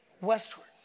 westward